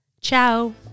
Ciao